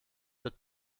wird